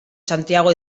santiago